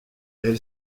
elle